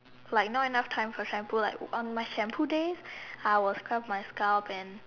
like not enough time for shampoo like on my shampoo days I will scrub my scalp and